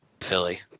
Philly